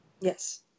Yes